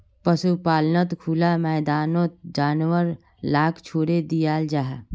पशुपाल्नोत खुला मैदानोत जानवर लाक छोड़े दियाल जाहा